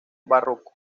barroco